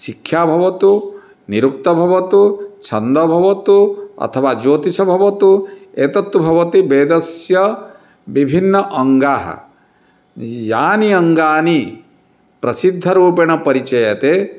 शिक्षा भवतु निरुक्तं भवतु छन्दः भवतु अथवा ज्योतिषं भवतु एतत्तु भवति वेदस्य विभिन्नाङ्गानि यानि अङ्गानि प्रसिद्धरूपेण परिचयते